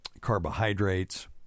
carbohydrates